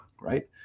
right